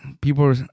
people